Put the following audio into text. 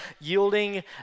yielding